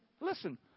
listen